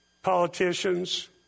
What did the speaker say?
Politicians